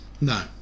no